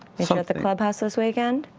sort of the clubhouse this weekend?